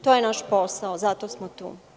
To je naš posao, zato smo tu.